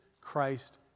Christ